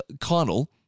Connell